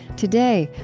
today,